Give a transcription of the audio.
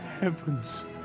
heavens